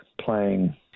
playing